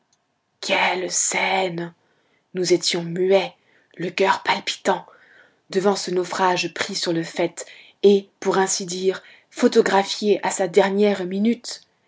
l'océan quelle scène nous étions muets le coeur palpitant devant ce naufrage pris sur le fait et pour ainsi dire photographié à sa dernière minute